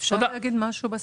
אפשר להגיד משהו בעניין?